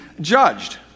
judged